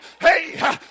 hey